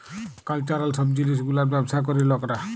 cultural সব জিলিস গুলার ব্যবসা ক্যরে লকরা